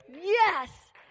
yes